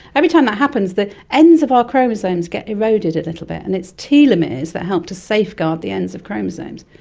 every time that happens the ends of our chromosomes get eroded a little bit, and its telomeres that help to safeguard the ends of chromosomes.